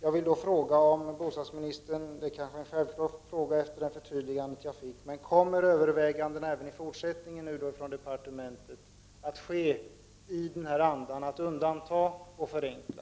Jag vill fråga bostadsministern, fast det kanske är självklart efter det förtydligande jag fick: Kommer övervägandena från departementet även i fortsättningen att ske i en anda av att undanta och förenkla?